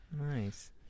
Nice